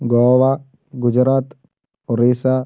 Goa Gujarat Orissa